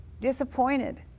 Disappointed